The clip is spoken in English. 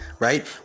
Right